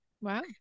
Wow